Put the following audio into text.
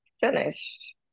finish